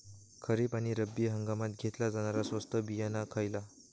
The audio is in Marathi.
खरीप आणि रब्बी हंगामात घेतला जाणारा स्वस्त बियाणा खयला?